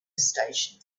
station